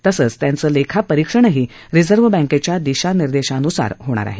तसंच त्यांचं लेखा परीक्षणही रिझर्व्ह बँकेच्या दिशानिर्देशांनूसार होणार आहे